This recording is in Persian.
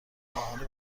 ماهانه